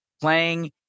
playing